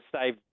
save